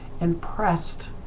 impressed